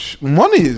money